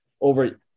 over